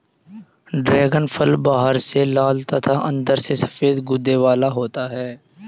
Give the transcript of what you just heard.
dragon फल बाहर से लाल तथा अंदर से सफेद गूदे वाला होता है